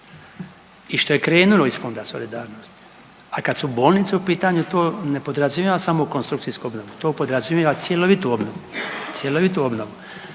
i što je krenulo iz Fonda solidarnosti, a kad su bolnice u pitanju to ne podrazumijeva samo konstrukcijsku obnovu to podrazumijeva cjelovitu obnovu,